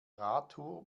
radtour